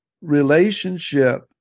relationship